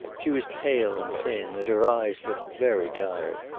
she was pale and thin, and her eyes looked very tired.